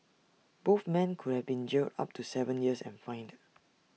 both men could have been jailed up to Seven years and fined